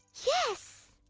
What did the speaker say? yes!